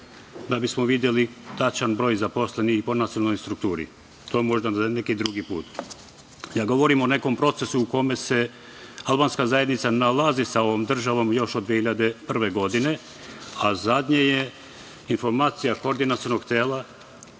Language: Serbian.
da bismo videli tačan broj zaposlenih po nacionalnoj strukturi. To možda za neki drugi put. Ja govorim o nekom procesu u kome se albanska zajednica nalazi sa ovom državom još od 2001. godine, a zadnja je informacija Koordinacionog tela